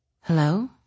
Hello